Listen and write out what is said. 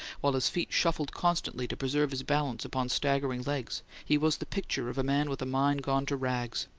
while his feet shuffled constantly to preserve his balance upon staggering legs, he was the picture of a man with a mind gone to rags.